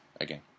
again